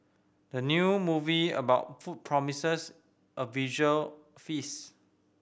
the new movie about food promises a visual feast